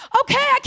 okay